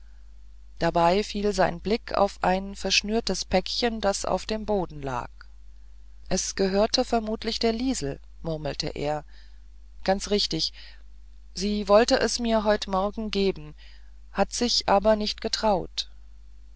dabei fiel sein blick auf ein verschnürtes päckchen das auf dem boden lag es gehörte vermutlich der liesel murmelte er ganz richtig sie wollte es mir heut morgen geben hat sich aber nicht getraut